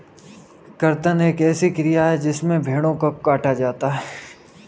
कर्तन एक ऐसी क्रिया है जिसमें भेड़ों को काटा जाता है